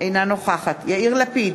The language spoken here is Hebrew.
אינה נוכחת יאיר לפיד,